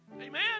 Amen